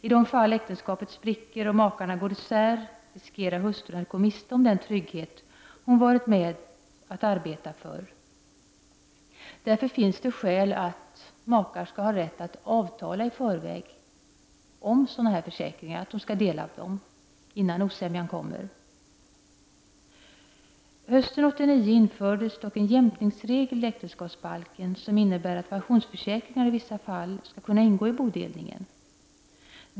I de fall äktenskapet spricker och makarna går skilda vägar riskerar hustrun att gå miste om den trygghet hon varit med om att arbeta för. Därför finns det skäl för att makar skall ha rätt att i förväg avtala om att de skall dela på sådana här försäkringar — innan osämjan kommer. Hösten 1989 infördes dock en jämkningsregel i äktenskapsbalken, som innebär att pensionsförsäkringar i vissa fall skall kunna ingå i bodelningen.